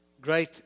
Great